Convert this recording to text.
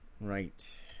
Right